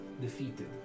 defeated